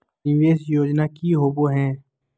निवेस योजना की होवे है?